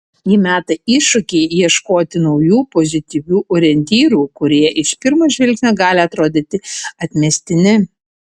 ji meta iššūkį ieškoti naujų pozityvių orientyrų kurie iš pirmo žvilgsnio gali atrodyti atmestini